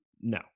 no